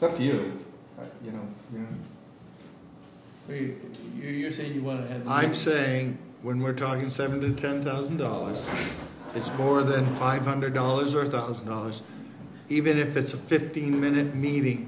but you you know you use a new one and i'm saying when we're talking seven to ten thousand dollars it's gore then five hundred dollars or two thousand dollars even if it's a fifteen minute meeting